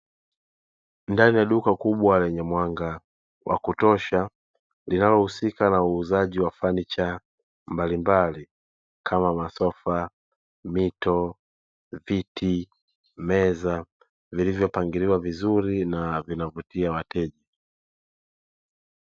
Ndani ya duka kubwa lenye mwanga wa kutosha linalohusika na uuzaji wa fanicha mbalimbali kama masofa, mito, viti, meza vilivyopangiliwa vizuri na vinavutia wateja.